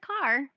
car